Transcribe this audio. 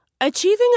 Achieving